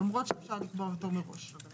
למרות שאפשר לקבוע תור מראש - זה